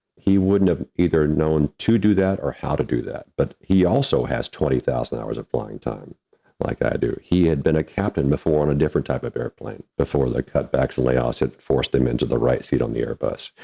he wouldn't have either known to do that or how to do that. but he also has twenty thousand hours of flying time like i do, he had been a captain before on a different type of airplane before the cutbacks and layoffs it forced him into the right seat on the airbus.